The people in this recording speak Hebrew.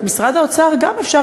את משרד האוצר גם אפשר,